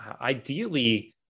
ideally